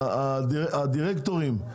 הדירקטורים,